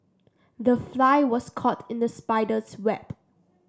the fly was caught in the spider's web